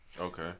Okay